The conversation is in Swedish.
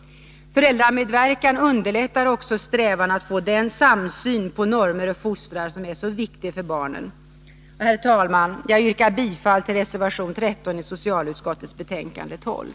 Föräldramedverkan underlättar också strävan att få den samsyn på normer och fostran som är så viktig för barnen. Herr talman! Jag yrkar bifall till reservation 13 i socialutskottets betänkande 12.